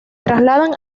trasladan